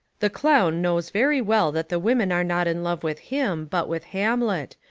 the clown knows very well that the women are not in love with him, but with hamlet,